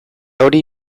hori